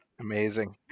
Amazing